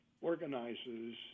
organizes